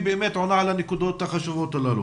באמת עונה על הנקודות החשובות הללו.